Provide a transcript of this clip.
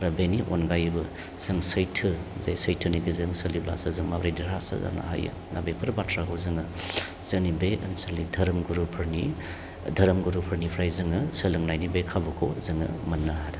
आरो बेनि अनगायैबो जों सैथो जे सैथोनि गेजेरजों सोलिब्लासो जों माब्रै देरहासार जानो हायो दा बेफोर बाथ्राखौ जोङो जोंनि बे ओनसोलनि धोरोम गुरुफोरनि धोरोम गुरुफोरनिफ्राय जोङो सोलोंनायनि बे खाबुखौ जोङो मोननो हादों